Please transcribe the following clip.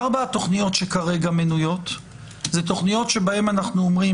ארבע התוכניות שכרגע מנויות הן תוכניות שבהן אנחנו אומרים